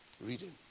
Reading